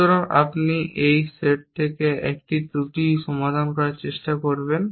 সুতরাং আপনি এই সেট থেকে 1টি ত্রুটি সমাধান করার চেষ্টা করবেন